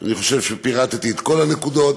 אני חושב שפירטתי את כל הנקודות.